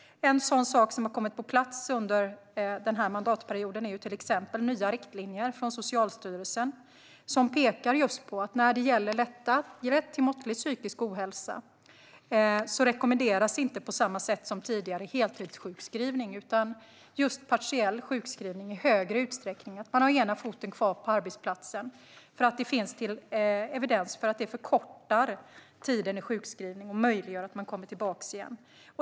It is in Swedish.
En sådan sak som har kommit på plats under denna mandatperiod är till exempel nya riktlinjer från Socialstyrelsen. När det gäller lätt till måttlig psykisk ohälsa rekommenderas inte på samma sätt som tidigare heltidssjukskrivning. Det är partiell sjukskrivning som i högre utsträckning rekommenderas, så att man har ena foten kvar på arbetsplatsen. Det finns nämligen evidens för att det förkortar tiden i sjukskrivning och möjliggör att man kommer tillbaka igen.